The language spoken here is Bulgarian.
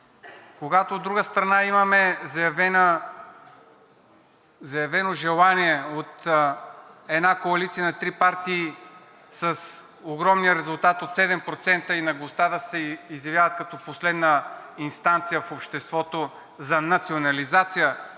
когато, от друга страна, имаме заявено желание от една коалиция на три партии с огромния резултат от 7% и наглостта да се изявяват като последна инстанция в обществото за национализация